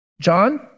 John